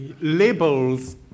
Labels